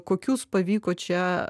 kokius pavyko čia